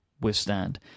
withstand